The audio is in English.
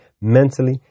mentally